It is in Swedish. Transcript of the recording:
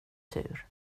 tur